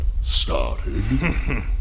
started